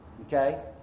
okay